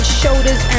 shoulders